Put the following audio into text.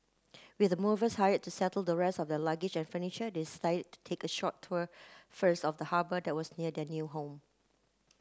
with the movers hired to settle the rest of their luggage and furniture they decided take a short tour first of the harbour that was near the new home